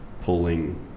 pulling